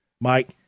Mike